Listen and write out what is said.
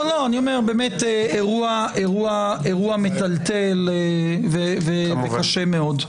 זה אירוע מטלטל וקשה מאוד.